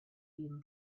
been